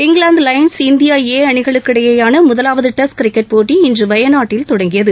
England lions India A அணிகளுக்கிடையேயான முதலாவது test cricket போட்டி இன்று வயநாட்டில் தொடங்கியது